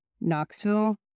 Knoxville